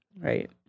Right